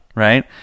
Right